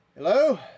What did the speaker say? Hello